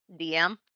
DM